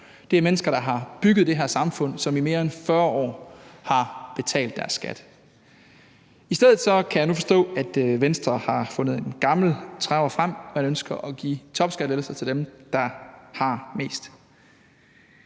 det er mennesker, der har bygget det her samfund, og som i mere end 40 år har betalt deres skat. I stedet for kan jeg nu forstå, at Venstre har fundet en gammel traver frem og ønsker at give topskattelettelser til dem, der har mest.